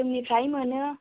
जोंनिफ्रायनो मोनो